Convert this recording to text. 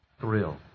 thrill